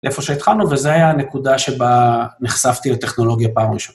לאיפה שהתחלנו, וזו הייתה הנקודה שבה נחשפתי לטכנולוגיה פעם ראשונה.